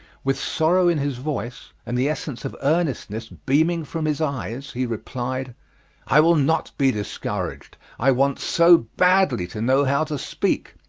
with sorrow in his voice and the essence of earnestness beaming from his eyes, he replied i will not be discouraged! i want so badly to know how to speak!